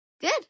Good